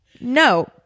No